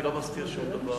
אני לא מסתיר שום דבר.